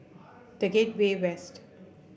The Gateway West